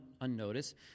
unnoticed